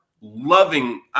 loving